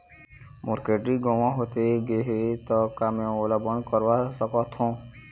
मोर credit गंवा होथे गे ता का मैं ओला बंद करवा सकथों?